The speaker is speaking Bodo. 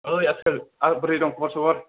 ओइ आसोल हैद बोरै दं खबर सबर